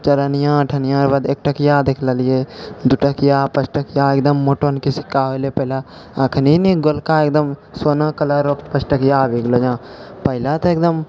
चरनिआ अठनिआके बाद एक टकिआ देखि लेलिए दूटकिआ पचटकिआ एकदम मोटन कऽ सिक्का होलऽ पहिले एखन ने गोलका एकदम सोना कलर ओ पचटकिआ आबि गेलऽ हँ पहिला तऽ एकदम